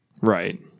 Right